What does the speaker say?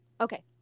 Okay